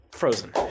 Frozen